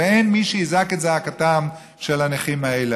ואין מי שיזעק את זעקתם של הנכים האלה.